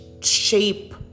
shape